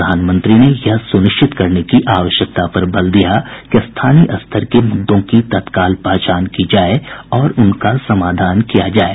प्रधानमंत्री ने यह सुनिश्चित करने की आवश्यकता पर बल दिया कि स्थानीय स्तर के मुद्दों की तत्काल पहचान की जाये और उनका समाधान किया जाये